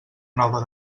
nova